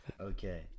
okay